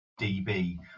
db